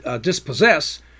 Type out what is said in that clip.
dispossess